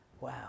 wow